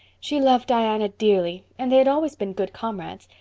she loved diana dearly and they had always been good comrades.